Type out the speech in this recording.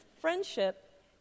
friendship